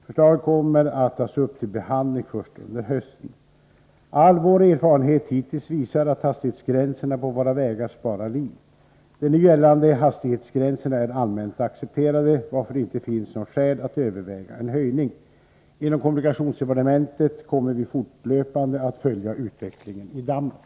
Förslaget kommer att tas upp till behandling först under hösten. All vår erfarenhet hittills visar att hastighetsgränserna på våra vägar sparar liv. De nu gällande hastighetsgränserna är allmänt accepterade, varför det inte finns något skäl att överväga en höjning. Inom kommunikationsdepartementet kommer vi fortlöpande att följa utvecklingen i Danmark.